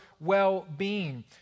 well-being